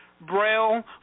Braille